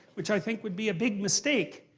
which i think would be a big mistake.